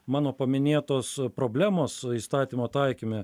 mano paminėtos problemos įstatymo taikyme